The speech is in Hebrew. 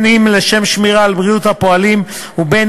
אם לשם שמירה על בריאות הפועלים ואם